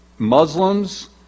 Muslims